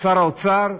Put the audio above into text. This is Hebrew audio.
שר האוצר,